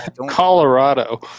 Colorado